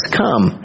come